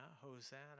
Hosanna